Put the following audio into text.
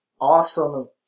awesome